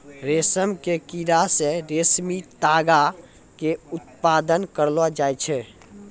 रेशम के कीड़ा से रेशमी तागा के उत्पादन करलो जाय छै